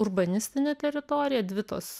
urbanistinė teritorija dvi tos